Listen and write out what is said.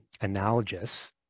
analogous